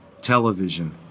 television